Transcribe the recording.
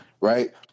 right